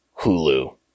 Hulu